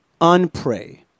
unpray